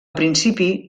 principi